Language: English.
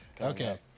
Okay